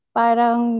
parang